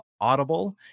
Audible